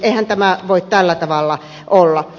eihän tämä voi tällä tavalla olla